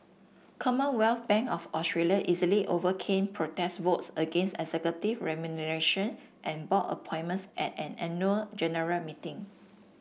Commonwealth Bank of Australia easily overcame protest votes against executive remuneration and board appointments at an annual general meeting